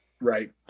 Right